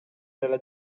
della